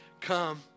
Come